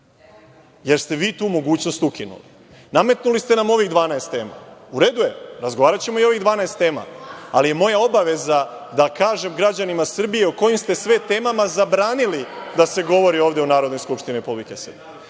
jer ste vi tu mogućnost ukinuli. Nametnuli ste nam ovih 12 tema. U redu je, razgovaraćemo i o ovih 12 tema, ali je moja obaveza da kažem građanima Srbije o kojim ste sve temama zabranili da se govori ovde u Narodnoj skupštini Republike